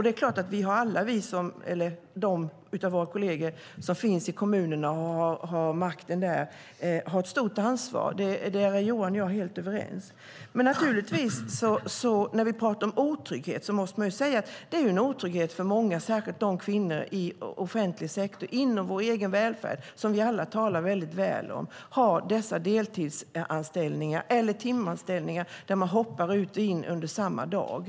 De av våra kolleger som är verksamma i kommunerna och har makten där har ett stort ansvar. Där är Johan och jag helt överens. När vi talar om otrygghet måste man säga att det är en otrygghet för många kvinnor - särskilt för kvinnor i offentlig sektor inom vår välfärd, som ju vi alla talar väldigt väl om - som har deltidsanställningar eller timanställningar där de hoppar ut och in under en och samma dag.